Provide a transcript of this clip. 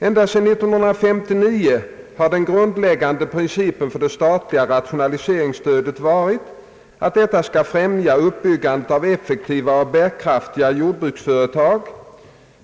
ända sedan år 1959 har den grundläggande principen för det statliga rationaliseringsstödet varit att detta skall främja uppbyggnaden av effektiva och bärkraftiga jordbruksföretag.